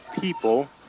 people